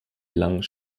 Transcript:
lang